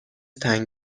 تنگ